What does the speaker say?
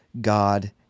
God